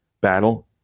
battle